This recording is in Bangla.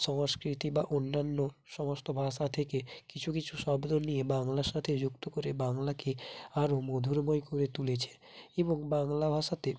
সংস্কৃতি বা অন্যান্য সমস্ত ভাষা থেকে কিছু কিছু শব্দ নিয়ে বাংলার সাথে যুক্ত করে বাংলাকে আরও মধুরময় করে তুলেছে এবং বাংলা ভাষাতে